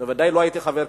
בוודאי לא הייתי חבר כנסת,